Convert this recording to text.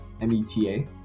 M-E-T-A